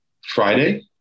Friday